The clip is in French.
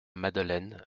madeleine